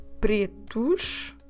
Pretos